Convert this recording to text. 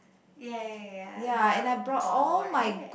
ya ya ya the ball right